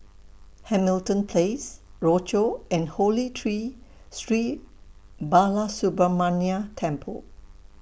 Hamilton Place Rochor and Holy Tree Sri Balasubramaniar Temple